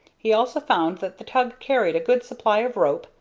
he also found that the tug carried a good supply of rope,